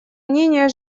мнения